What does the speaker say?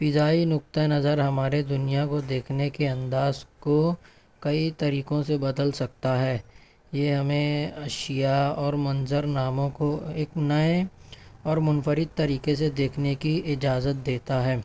فضائی نقطۂ نظر ہمارے دنیا کو دیکھنے کے انداز کو کئی طریقوں سے بدل سکتا ہے یہ ہمیں اشیا اور منظرناموں کو ایک نئے اور منفرد طریقے سے دیکھنے کی اجازت دیتا ہے